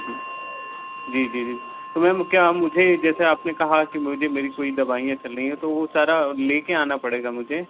जी जी जी जी तो मैम क्या आप मुझे जैसे आप ने कहा कि मुझे मेरी कोई दवाइयाँ चल रही हैं तो वो सारा ले कर आना पड़ेगा मुझे